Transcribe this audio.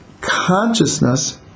consciousness